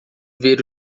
ver